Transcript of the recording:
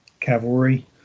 cavalry